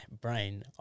brain